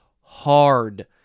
hard